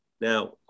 Now